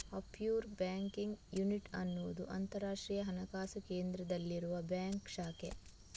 offshore banking unit ಅನ್ನುದು ಅಂತರಾಷ್ಟ್ರೀಯ ಹಣಕಾಸು ಕೇಂದ್ರದಲ್ಲಿರುವ ಬ್ಯಾಂಕ್ ಶಾಖೆ